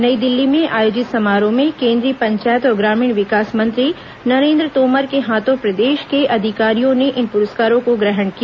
नई दिल्ली में आयोजित समारोह में केंद्रीय पंचायत और ग्रामीण विकास मंत्री नरेन्द्र तोमर के हाथों प्रदेश के अधिकारियों ने इन पुरस्कारों को ग्रहण किया